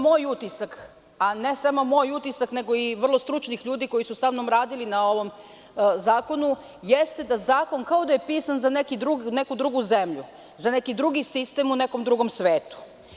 Moj utisak, a ne samo moj utisak, nego i vrlo stručnih ljudi koji su samnom radili na ovom zakonu, jeste da zakon kao da je pisan za neku drugu zemlju, za neki drugi sistem u nekom drugom svetu.